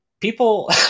people